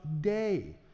day